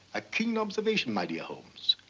a keen observation, my dear holmes,